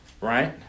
right